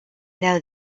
though